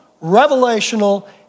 revelational